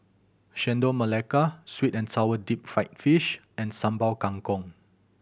Chendol Melaka sweet and sour deep fried fish and Sambal Kangkong